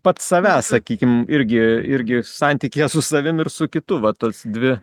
pats savęs sakykim irgi irgi santykyje su savim ir su kitu va tos dvi